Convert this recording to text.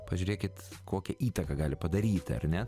pažiūrėkit kokią įtaką gali padaryti ar ne